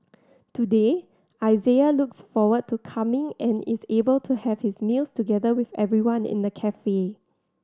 today Isaiah looks forward to coming and is able to have his meals together with everyone in the cafe